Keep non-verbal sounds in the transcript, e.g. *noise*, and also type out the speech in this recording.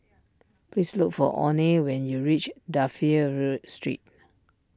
please look for oney when you reach Dafne *unintelligible* Street